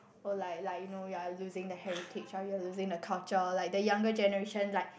oh like like you know you are losing the heritage or you are losing the culture like the younger generation like